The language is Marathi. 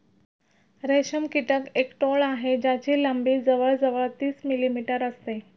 रेशम कीटक एक टोळ आहे ज्याची लंबी जवळ जवळ तीस मिलीमीटर असते